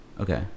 Okay